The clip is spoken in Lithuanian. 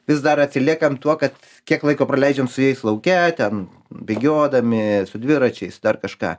vis dar atsiliekam tuo kad kiek laiko praleidžiam su jais lauke ten bėgiodami su dviračiais dar kažką